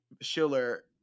Schiller